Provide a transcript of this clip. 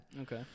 Okay